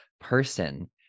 person